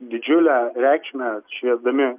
didžiulę reikšmę šviesdami